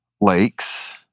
lakes